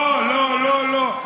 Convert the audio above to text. לא, לא, לא.